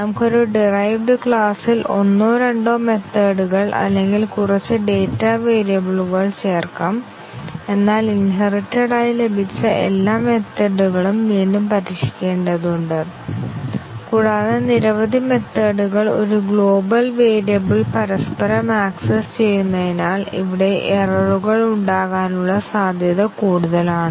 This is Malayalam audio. നമുക്ക് ഒരു ഡിറൈവ്ഡ് ക്ലാസിൽ ഒന്നോ രണ്ടോ മെത്തേഡ്കൾ അല്ലെങ്കിൽ കുറച്ച് ഡാറ്റാ വേരിയബിളുകൾ ചേർക്കാം എന്നാൽ ഇൻഹെറിറ്റെഡ് ആയി ലഭിച്ച എല്ലാ മെത്തേഡ്കളും വീണ്ടും പരീക്ഷിക്കേണ്ടതുണ്ട് കൂടാതെ നിരവധി മെത്തേഡ്കൾ ഒരു ഗ്ലോബൽ വേരിയബിൾ പരസ്പരം ആക്സസ് ചെയ്യുന്നതിനാൽ ഇവിടെ എററുകൾ ഉണ്ടാകാനുള്ള സാധ്യത കൂടുതലാണ്